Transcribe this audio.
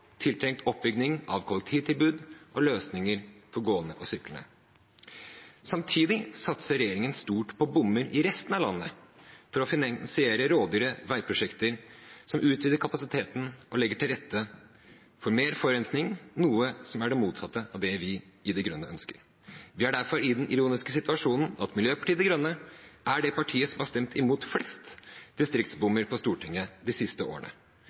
tiltrengt oppbygging av kollektivtilbud og løsninger for gående og syklende. Samtidig satser regjeringen stort på bommer i resten av landet for å finansiere rådyre veiprosjekter som utvider kapasiteten og legger til rette for mer forurensning, noe som er det motsatte av det vi i Miljøpartiet De Grønne ønsker. Vi er derfor i den ironiske situasjonen at Miljøpartiet De Grønne er det partiet som har stemt imot flest distriktsbommer på Stortinget de siste årene.